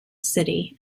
city